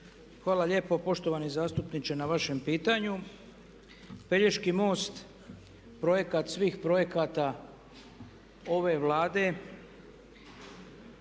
Hrvala lijepo poštovani zastupniče na vašem pitanju. Pelješki most, projekat svih projekata ove Vlade